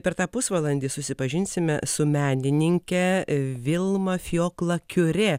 per tą pusvalandį susipažinsime su menininke vilma fiokla kiure